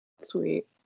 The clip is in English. Sweet